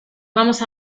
vamos